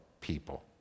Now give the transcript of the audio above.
people